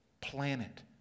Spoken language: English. planet